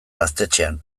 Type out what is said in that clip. gaztetxean